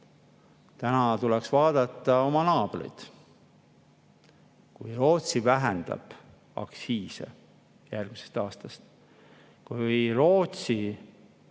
väär. Tuleks vaadata oma naabreid. Kui Rootsi vähendab aktsiise järgmisest aastast, kui Rootsi